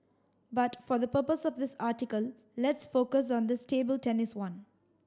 but for the purpose of this article let's focus on this table tennis one